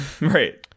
right